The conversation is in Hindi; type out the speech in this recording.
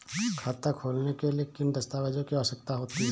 खाता खोलने के लिए किन दस्तावेजों की आवश्यकता होती है?